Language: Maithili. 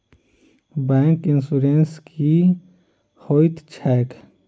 बैंक इन्सुरेंस की होइत छैक?